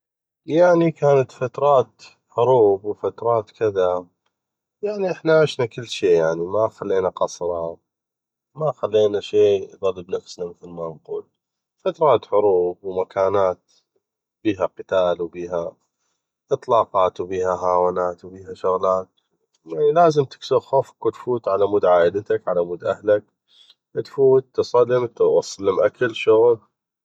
يعني كانت فترات حروب وفترات كذا يعني احنا عشنا كلشي ما خلينا قصره ما خلينا شي بنفسنا مثل ما نقول فترات حروب ومكانات بيها قتال وبيها اطلاقات وهاونات وشغلات يعني لازم تكسغ خوفك وتفوت علمود عائلتك علمود اهلك تفوت تصلم توصلم اكل شغب